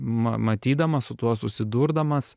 ma matydamas su tuo susidurdamas